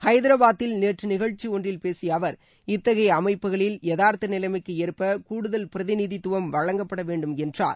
ஹைதராபாதில் நேற்று நிகழ்ச்சி ஒன்றில் பேசிய அவர் இத்தகைய அமைப்புகளில் யதார்த்த நிலைமைக்கு ஏற்ப கூடுதல் பிரதிநிதித்துவம் வழங்கப்பட வேண்டும் என்றார்